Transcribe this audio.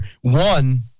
one